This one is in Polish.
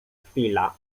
chwila